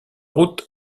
route